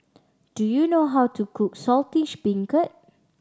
do you know how to cook Saltish Beancurd